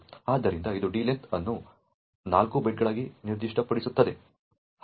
ಆದ್ದರಿಂದ ಇದು d length ಅನ್ನು 4 ಬೈಟ್ಗಳಾಗಿ ನಿರ್ದಿಷ್ಟಪಡಿಸುತ್ತದೆ